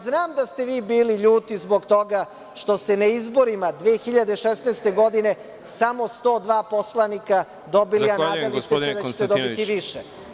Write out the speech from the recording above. Znam da ste vi bili ljuti zbog toga što ste na izborima 2016. godine samo 102 poslanika dobili, a nadali ste se da ćete dobiti više.